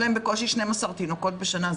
יש להם בקושי 12 תינוקות בשנה,